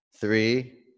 Three